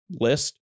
list